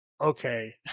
okay